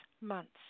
months